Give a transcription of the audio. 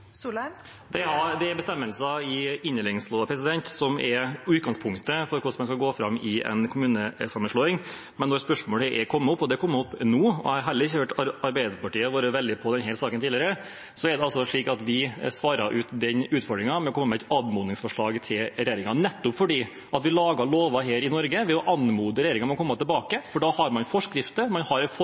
når spørsmålet har kommet opp, og det kom opp nå – jeg har heller ikke hørt Arbeiderpartiet være veldig på i denne saken tidligere – er det slik at vi svarer ut den utfordringen med å komme med et anmodningsforslag til regjeringen, nettopp fordi vi lager lover her i Norge ved å anmode regjeringen om å komme tilbake. Da har man forskrifter. Man har